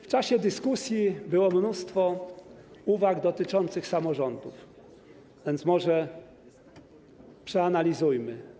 W czasie dyskusji było mnóstwo uwag dotyczących samorządów, więc może przeanalizujmy tę kwestię.